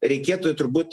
reikėtų turbūt